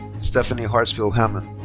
stefani hartsfield hammond.